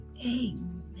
amen